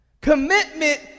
Commitment